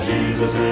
Jesus